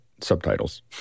subtitles